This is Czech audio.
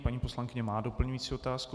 Paní poslankyně má doplňující otázku.